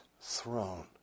throne